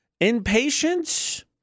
Impatience